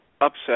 upset